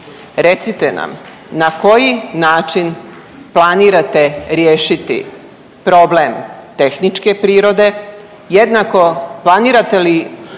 Recite nam na koji način planirate riješiti problem tehničke prirode jednako planirate li